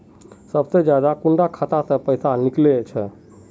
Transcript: सबसे ज्यादा कुंडा खाता त पैसा निकले छे?